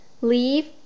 Leave